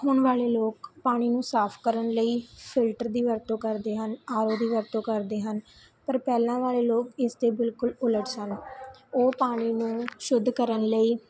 ਹੁਣ ਵਾਲੇ ਲੋਕ ਪਾਣੀ ਨੂੰ ਸਾਫ ਕਰਨ ਲਈ ਫਿਲਟਰ ਦੀ ਵਰਤੋਂ ਕਰਦੇ ਹਨ ਆਰ ਓ ਦੀ ਵਰਤੋਂ ਕਰਦੇ ਹਨ ਪਰ ਪਹਿਲਾਂ ਵਾਲੇ ਲੋਕ ਇਸਦੇ ਬਿਲਕੁਲ ਉਲਟ ਸਨ ਉਹ ਪਾਣੀ ਨੂੰ ਸ਼ੁੱਧ ਕਰਨ ਲਈ